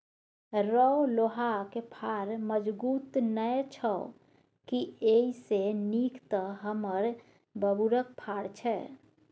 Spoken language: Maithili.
रौ लोहाक फार मजगुत नै छौ की एइसे नीक तँ हमर बबुरक फार छै